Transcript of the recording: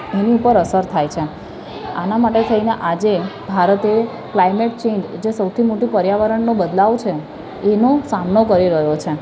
એની ઉપર અસર થાય છે આનાં માટે થઈને આજે ભારતે ક્લાઈમેટ ચેન્જ જે સૌથી મોટો પર્યાવરણનો બદલાવ છે એનો સામનો કરી રહ્યો છે